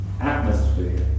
atmosphere